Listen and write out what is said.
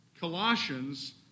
Colossians